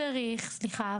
סליחה,